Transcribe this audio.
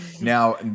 Now